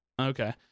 Okay